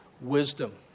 wisdom